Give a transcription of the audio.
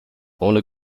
ohne